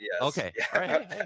okay